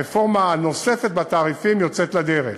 הרפורמה הנוספת בתעריפים יוצאת לדרך,